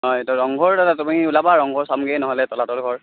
হয় এতিয়া ৰংঘৰ তুমি ওলাবা ৰংঘৰ চামগৈ নহ'লে তলাতল ঘৰ